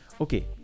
okay